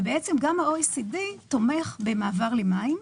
גם ה-OECD תומך במעבר למים.